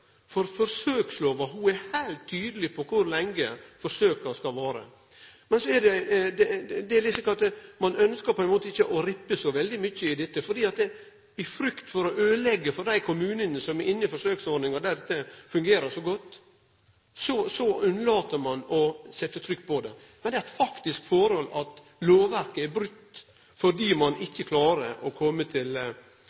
for forsøkslova er heilt tydeleg på kor lenge forsøka skal vare. Ein ønskjer på ein måte ikkje å rippe så veldig mykje opp dette. I frykt for å øydeleggje for dei kommunane som er inne i forsøksordningar, og der dette fungerer godt, lèt ein vere å setje trykk på det. Men det er eit faktisk forhold at lovverket er brote – ein